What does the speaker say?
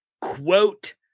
quote